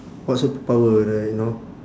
what superpower like you know